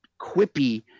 quippy